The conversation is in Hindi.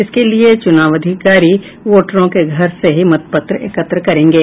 इसके लिये चुनाव अधिकारी वोटरों के घर से ही मतपत्र एकत्र करेंगे